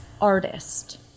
artist